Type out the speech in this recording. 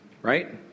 right